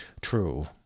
true